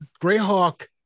Greyhawk